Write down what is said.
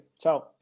ciao